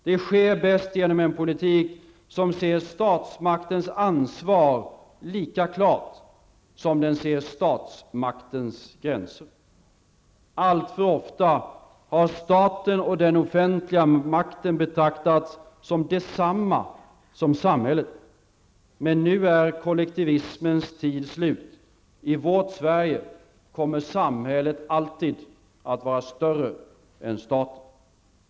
Det sker bäst genom en politik som ser statsmaktens ansvar lika klart som den ser statsmaktens gränser. Alltför ofta har staten och den offentliga makten betraktats som detsamma som samhället. Men nu är kollektivismens tid slut. I vårt Sverige kommer samhället alltid att vara större än staten.